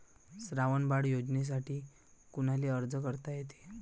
श्रावण बाळ योजनेसाठी कुनाले अर्ज करता येते?